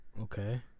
Okay